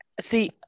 See